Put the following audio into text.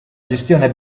gestione